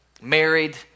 married